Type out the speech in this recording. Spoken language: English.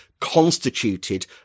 constituted